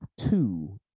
two